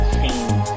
seems